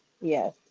yes